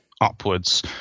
upwards